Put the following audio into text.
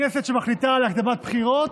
כשהכנסת מחליטה על הקדמת בחירות,